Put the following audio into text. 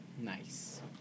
Nice